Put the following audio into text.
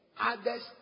others